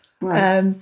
Right